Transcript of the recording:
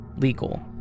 legal